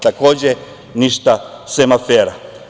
Takođe ništa, sem afera.